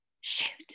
shoot